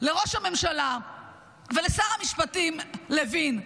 לראש הממשלה ולשר המשפטים לוין,